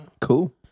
Cool